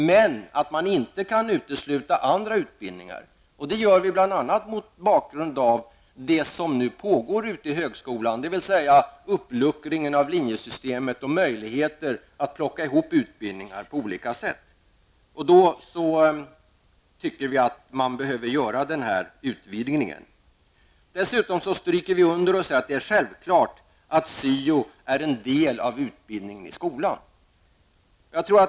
Men vi kan inte utesluta andra utbildningar. Detta uttalande gör vi bl.a. mot bakgrund av det som nu pågår i högskolan, dvs. uppluckringen av linjesystemet och möjligheterna att plocka ihop utbildningar på olika sätt. Vi tycker att man behöver göra denna utvidgning. Dessutom anser vi det självklart att syo är en del av utbildningen i skolan.